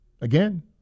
again